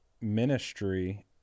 ministry